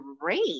great